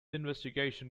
investigation